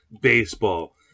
baseball